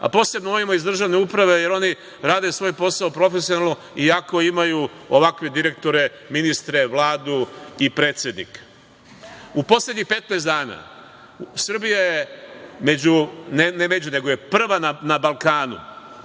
a posebno ovima iz državne uprave, jer oni rade svoj posao profesionalno, iako imaju ovakve direktore, ministre, Vladu i predsednika.U poslednjih 15 dana Srbija je prva na Balkanu